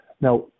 Now